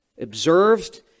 Observed